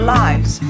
lives